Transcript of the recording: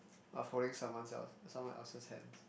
are holding someone else someone else's hands